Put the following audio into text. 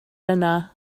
yna